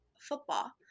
football